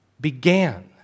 began